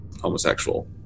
homosexual